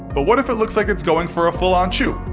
but what if it looks like it's going for a full-on chew?